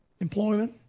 employment